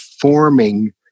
forming